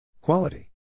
Quality